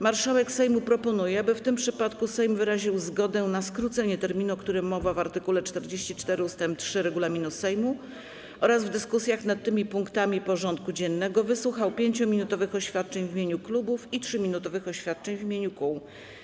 Marszałek Sejmu proponuje, aby w tym przypadku Sejm wyraził zgodę na skrócenie terminu, o którym mowa w art. 44 ust. 3 regulaminu Sejmu, oraz w dyskusjach nad tymi punktami porządku dziennego wysłuchał 5-minutowych oświadczeń w imieniu klubów i 3-minutowych oświadczeń w imieniu kół.